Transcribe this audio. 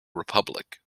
republic